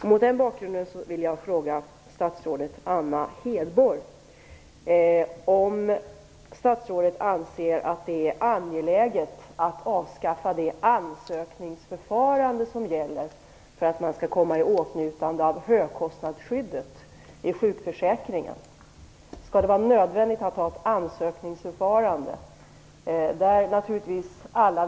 Hedborg om statsrådet anser att det är angeläget att avskaffa det ansökningsförfarande som gäller för att man skall komma i åtnjutande av högkostnadsskyddet i sjukförsäkringen. Skall det vara nödvändigt att ha ett ansökningsförfarande?